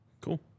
cool